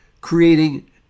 creating